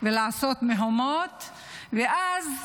ולעשות מהומות ואז